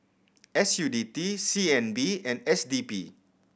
S U T D C N B and S D P